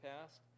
past